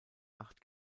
acht